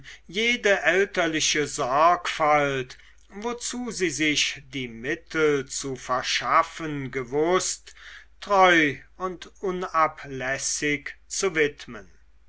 jede elterliche sorgfalt wozu sie sich die mittel zu verschaffen gewußt treu und unablässig zu widmen